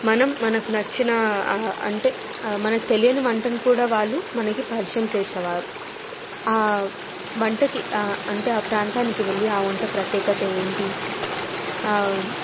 మనం మనకి నచ్చిన అంటే మనకి తెలియని వంటని కూడా వాళ్ళు మనకి పరిచయం చేసేవారు ఆ వంటకి అంటే ఆ ప్రాంతానికి వెళ్ళి ఆ వంట ప్రత్యేకత ఏమిటి